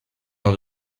dans